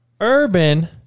Urban